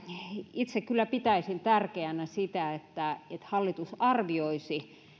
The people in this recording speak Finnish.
itse kyllä pitäisin tärkeänä sitä että hallitus arvioisi